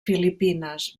filipines